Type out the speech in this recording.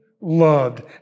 loved